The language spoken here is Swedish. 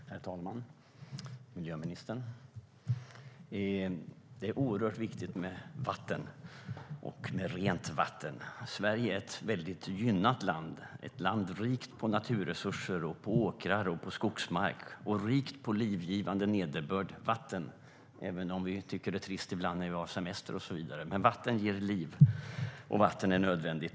Herr talman, miljöministern! Det är oerhört viktigt med vatten och rent vatten. Sverige är ett väldigt gynnat land, ett land rikt på naturresurser, åkrar och skogsmark, och rikt på livgivande nederbörd, vatten, även om vi ibland tycker att det är trist när vi har semester. Men vatten ger liv, och vatten är nödvändigt.